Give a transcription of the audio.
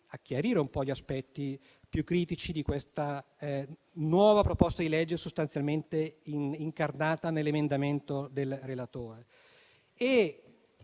a chiarire gli aspetti più critici di questa nuova proposta di legge, sostanzialmente incarnata nell'emendamento del relatore.